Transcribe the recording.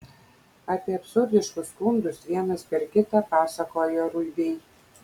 apie absurdiškus skundus vienas per kitą pasakojo ruibiai